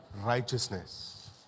righteousness